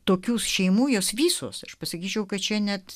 tokių šeimų jos visos aš pasakyčiau kad čia net